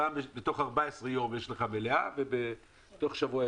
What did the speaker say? פעם בתוך 14 יום יש מלאה ובתוך שבוע.